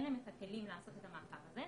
אין להם את הכלים לעשות את המעקב הזה,